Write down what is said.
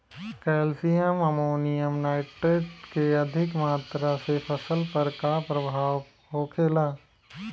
Calcium ammonium nitrate के अधिक मात्रा से फसल पर का प्रभाव होखेला?